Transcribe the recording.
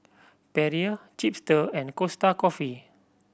Perrier Chipster and Costa Coffee